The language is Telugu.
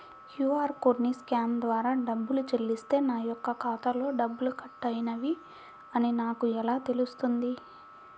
క్యూ.అర్ కోడ్ని స్కాన్ ద్వారా డబ్బులు చెల్లిస్తే నా యొక్క ఖాతాలో డబ్బులు కట్ అయినవి అని నాకు ఎలా తెలుస్తుంది?